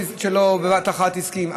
שלא בבת אחת הסכים,